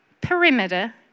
Perimeter